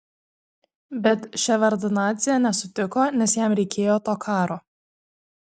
bet ševardnadzė nesutiko nes jam reikėjo to karo